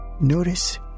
Notice